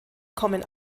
kommen